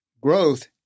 growth